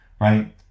right